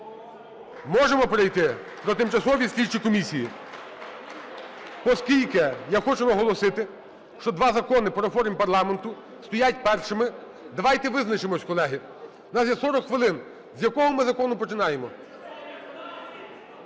Можемо перейти? Про тимчасові слідчі комісії. Оскільки я хочу наголосити, що два закони по реформі парламенту стоять першими. Давайте визначимось, колеги. У нас є 40 хвилин. З якого ми закону починаємо?